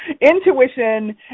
intuition